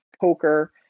poker